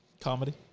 Comedy